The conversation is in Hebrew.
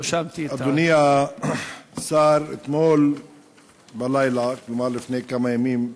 אדוני השר, אתמול בלילה, כלומר לפני כמה ימים,